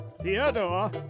Theodore